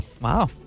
Wow